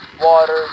water